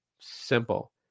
simple